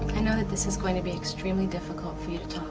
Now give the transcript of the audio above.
i know that this is going to be extremely difficult for you to